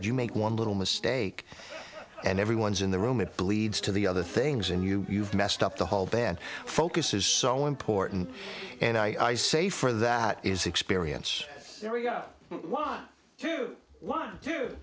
you make one little mistake and everyone's in the room it leads to the other things and you've messed up the whole band focus is so important and i say for that is experience area why do why d